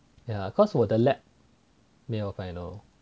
ya cause 我的 lab 没有 final